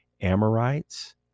Amorites